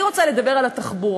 אני רוצה לדבר על התחבורה.